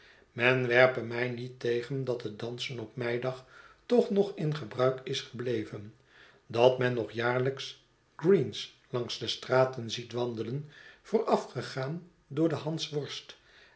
men werpe mij niet tegen dat het dansen op meidag toch nog in gebruik is gebleven dat men nog jaarlijks greens langs de straten ziet wandelen voorafgegaan door den